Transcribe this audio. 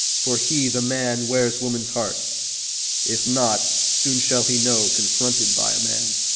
for he, the man, wears woman's heart if not soon shall he know, confronted by a man.